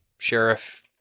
Sheriff